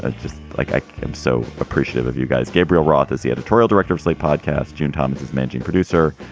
ah like, i am so appreciative of you guys. gabriel roth is the editorial director of slate podcast. june thomas is managing producer.